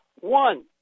one